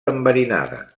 enverinada